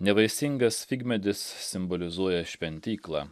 nevaisingas figmedis simbolizuoja šventyklą